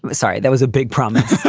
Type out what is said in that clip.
but sorry. that was a big promise.